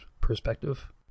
perspective